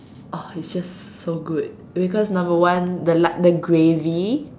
oh it's just so good because number one the Lak~ the gravy